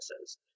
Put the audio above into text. services